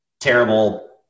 terrible